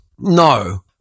No